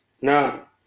Now